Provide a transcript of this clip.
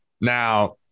Now